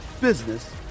business